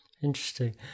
Interesting